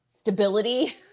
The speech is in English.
stability